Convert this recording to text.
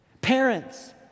Parents